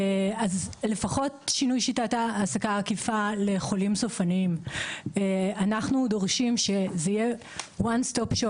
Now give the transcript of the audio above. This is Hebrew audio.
לפחות בעבור חולים סופניים; אנחנו דורשים שזה יהיה One Stop Shop.